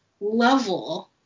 level